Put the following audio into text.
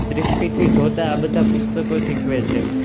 દૃષ્ટિથી જોતા આ બધા પુસ્તકો શીખવે છે